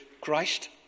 Christ